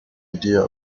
idea